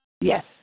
Yes